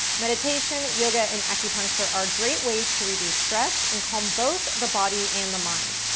meditation, yoga, and acupuncture are great ways to reduce stress and calm both the body and the mind.